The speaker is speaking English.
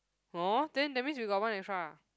!huh! then that means you got one extra ah